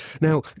Now